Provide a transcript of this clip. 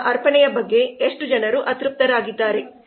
ನಮ್ಮ ಅರ್ಪಣೆಯ ಬಗ್ಗೆ ಎಷ್ಟು ಜನರು ಅತೃಪ್ತರಾಗಿದ್ದಾರೆ